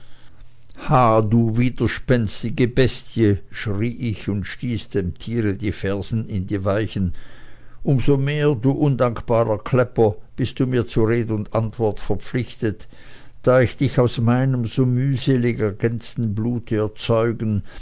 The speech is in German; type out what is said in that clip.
du widerspenstige bestie schrie ich und stieß dem tiere die fersen in die weichen um so mehr du undankbarer klepper bist du mir zu red und antwort verpflichtet da ich dich aus meinem so mühselig ergänzten blute erzeugen